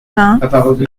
vingts